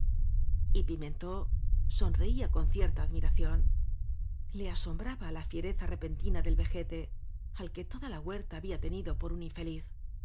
escopeta y pimentó sonreía con cierta admiración le asombraba la fiereza repentina del vejete al que toda la huerta había tenido por un infeliz